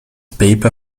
paper